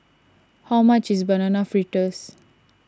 how much is Banana Fritters